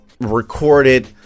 recorded